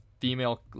female